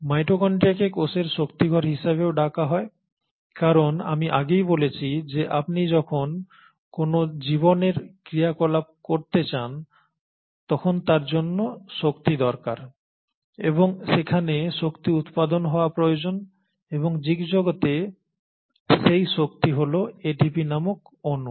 মাইটোকন্ড্রিয়াকে কোষের শক্তিঘর হিসাবেও ডাকা হয় কারণ আমি আগেই বলেছি যে আপনি যখন কোনও জীবনের ক্রিয়াকলাপ করতে চান তখন তার জন্য শক্তি দরকার এবং সেখানে শক্তি উৎপাদন হওয়া প্রয়োজন এবং জীবজগতে সেই শক্তি হল এটিপি নামক অণু